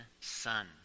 son